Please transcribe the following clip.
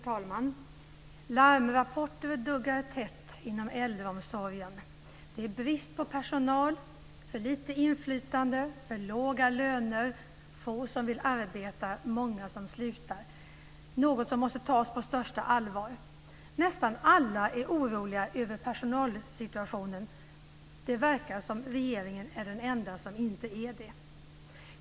Fru talman! Larmrapporter duggar tätt inom äldreomsorgen. Det är brist på personal, för lite inflytande, för låga löner, få som vill arbeta och många som slutar. Det är något som måste tas på största allvar. Nästan alla är oroliga över personalsituationen. Det verkar som om regeringen är den enda som inte är det.